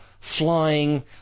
flying